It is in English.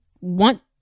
want